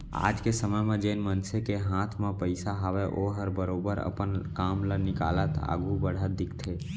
आज के समे म जेन मनसे के हाथ म पइसा हावय ओहर बरोबर अपन काम ल निकालत आघू बढ़त दिखथे